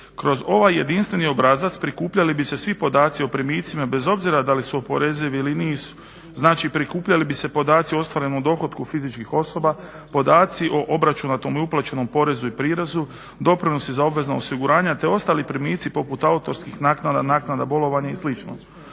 Kroz ovaj jedinstveni obrazac prikupljali bi se svi podaci o primicima, bez obzira da li su oporezivi ili nisu, znači prikupljali bi se podaci o ostvarenom dohotku fizičkih osoba, podaci o obračunatom i uplaćenom porezu i prirezu, doprinosa za obvezna osiguranja te ostali primici poput autorskih naknada, naknada bolovanja i